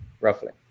roughly